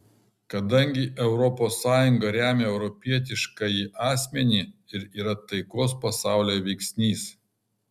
kadangi europos sąjunga remia europietiškąjį asmenį ir yra taikos pasaulyje veiksnys